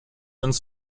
ins